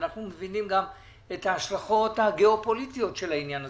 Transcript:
אנחנו מבינים גם את ההשלכות הגיאופוליטיות של העניין הזה,